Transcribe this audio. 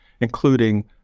including